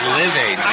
living